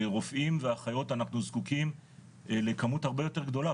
רופאים ואחיות אנחנו זקוקים לכמות הרבה יותר גדולה,